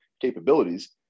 Capabilities